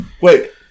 Wait